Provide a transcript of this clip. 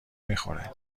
میخوره